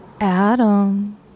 Adam